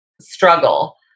struggle